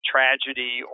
tragedy